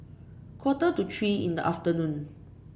quarter to three in the afternoon